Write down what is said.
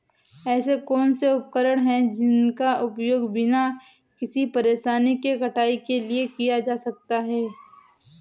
ऐसे कौनसे उपकरण हैं जिनका उपयोग बिना किसी परेशानी के कटाई के लिए किया जा सकता है?